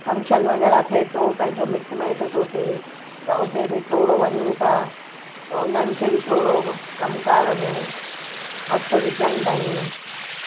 function वग़ैरह थिए थो पंहिंजो मिटु माइटु थो थिए त उते बि थोरो वञूं था त हुननि खे बि थोरो कमु कार में हथु विझाईंदा आहियूं